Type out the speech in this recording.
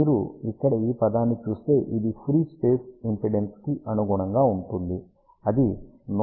మీరు ఇక్కడ ఈ పదాన్ని చూస్తే ఇది ఫ్రీ స్పేస్ ఇంపిడేన్స్ కి అనుగుణంగా ఉంటుంది అది 120π లేదా 377 Ω